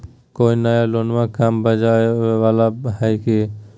कोइ नया लोनमा कम ब्याजवा वाला हय की?